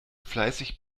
fleißig